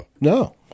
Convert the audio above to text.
No